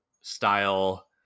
style